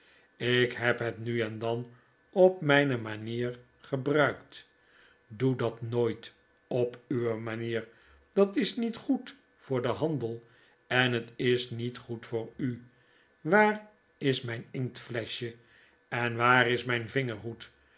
ik heb het nu en dan op mjjne manier gebruikt doe dat nooit op uwe manier dat is niet goed voor den handel en het is niet goed voor u waar is mjjn inktfleschje en waar is mjn vingerhoed